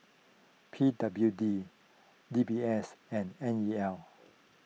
P W D D B S and N E L